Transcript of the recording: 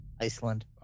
Iceland